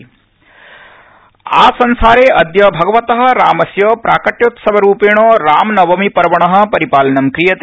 रामनवमी आसंसारे अदय भगवत रामस्य प्राकट्योत्सव रूपेण रामनवमी पर्वण परिपालनं क्रियते